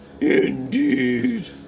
Indeed